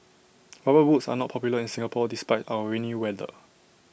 rubber boots are not popular in Singapore despite our rainy weather